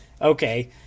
okay